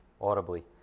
audibly